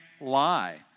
lie